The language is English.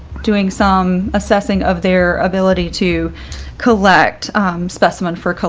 doing some assessing of their ability to collect specimen for,